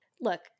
Look